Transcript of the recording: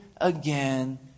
again